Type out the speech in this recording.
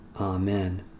Amen